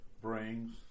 brings